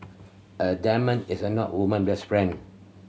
a diamond is a not woman best friend